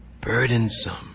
burdensome